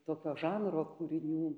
tokio žanro kūrinių